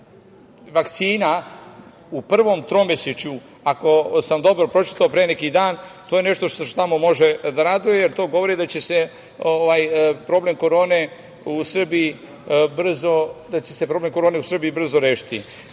vakcina u prvom tromesečju, ako sam dobro pročitao pre neki dan. To je nešto što samo može da raduje, jer to govori da će se problem korone u Srbiji brzo